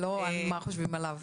ולא מה חושבים עליו.